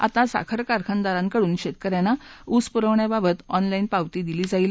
आता साखर कारखानदाराकडून शेतकऱ्याना ऊस पुरवण्याबाबत ऑनला ि पावती दिली जाईल